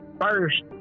first